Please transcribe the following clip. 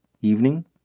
evening